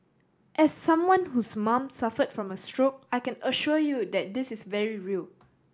as someone whose mom suffered from a stroke I can assure you that this is very real